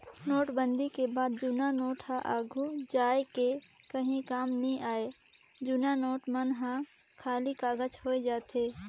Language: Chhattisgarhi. नोटबंदी के बाद जुन्ना नोट हर आघु जाए के काहीं काम नी आए जुनहा नोट मन हर खाली कागज होए जाथे